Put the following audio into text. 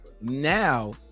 Now